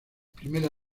primera